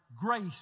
grace